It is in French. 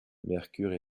mercure